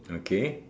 okay